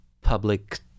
public